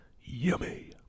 Yummy